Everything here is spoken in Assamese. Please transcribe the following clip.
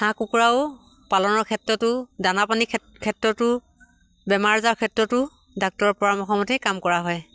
হাঁহ কুকুৰাও পালনৰ ক্ষেত্ৰতো দানা পানী ক্ষেত্ৰতো বেমাৰ আজাৰ ক্ষেত্ৰতো ডাক্তৰৰ পৰামৰ্শমতেই কাম কৰা হয়